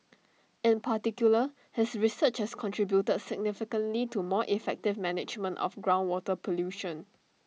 in particular his research has contributed significantly to more effective management of groundwater pollution